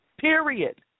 period